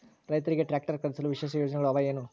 ರೈತರಿಗೆ ಟ್ರಾಕ್ಟರ್ ಖರೇದಿಸಲು ವಿಶೇಷ ಯೋಜನೆಗಳು ಅವ ಏನು?